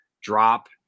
drop